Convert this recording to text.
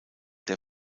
der